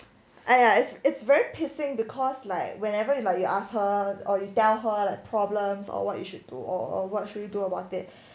!aiya! it's it's very pissing because like whenever you like you ask her or you tell her the problems or what you should do or what should we do about it